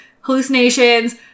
hallucinations